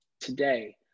today